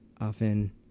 often